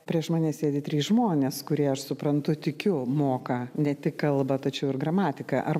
prieš mane sėdi trys žmonės kurie aš suprantu tikiu moka ne tik kalbą tačiau ir gramatiką ar